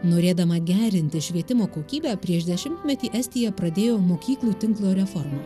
norėdama gerinti švietimo kokybę prieš dešimtmetį estija pradėjo mokyklų tinklo reformą